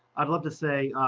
but like to say,